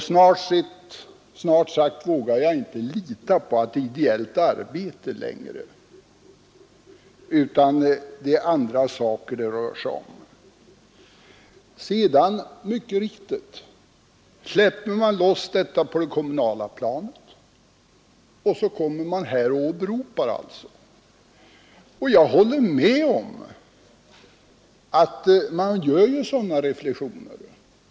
Snart vågar jag inte lita på att det är fråga om ideellt arbete längre, utan det är andra motiv det rör sig om. Man släpper alltså loss på det kommunala planet, och sedan åberopas det här i riksdagen. Jag håller med om att det är lätt att göra sådana reflexioner.